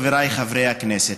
חבריי חברי הכנסת,